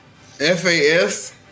FAS